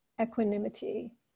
equanimity